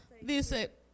dice